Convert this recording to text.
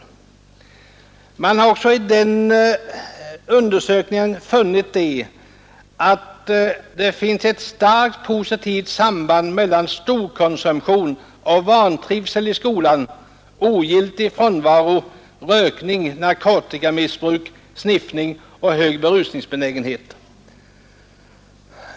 Man har också i den undersökningen funnit ett starkt positivt samband mellan storkonsumtion och vantrivsel i skolan, ogiltig frånvaro, rökning, narkotikamissbruk, sniffning och hög berusningsbenägenhet.